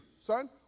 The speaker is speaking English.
son